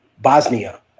Bosnia